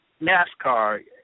NASCAR